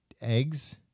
eggs